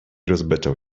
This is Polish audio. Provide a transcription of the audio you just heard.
rozbeczał